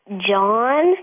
John